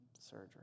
surgery